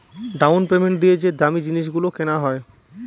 down payment দিয়ে যে দামী জিনিস গুলো কেনা হয়